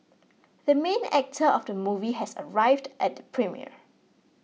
the main actor of the movie has arrived at the premiere